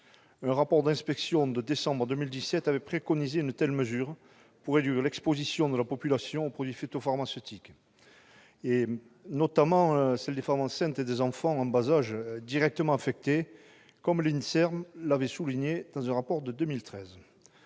Un rapport d'inspection de décembre 2017 avait préconisé une telle mesure pour réduire l'exposition de la population aux produits phytopharmaceutiques, notamment celle des femmes enceintes et des enfants en bas âge, qui sont directement affectés, comme l'INSERM l'avait souligné dans son rapport de 2013.